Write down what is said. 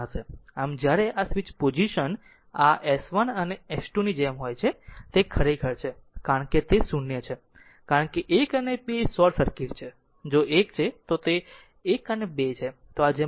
આમ જ્યારે આ સ્વિચ પોઝિશન આ so1 અને 2 ની જેમ હોય છે તે ખરેખર છે કારણ કે તે 0 છે કારણ કે 1 અને 2 શોર્ટ સર્કિટ છે જો 1 છે જો તે 1 અને 2 છે તો આ જેમ બનાવે છે